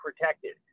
protected